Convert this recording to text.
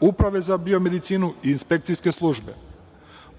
uprave za biomedicinu i inspekcijske službe.